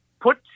put